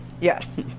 Yes